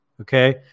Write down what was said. okay